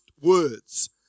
words